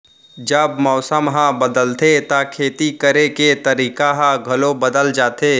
जब मौसम ह बदलथे त खेती करे के तरीका ह घलो बदल जथे?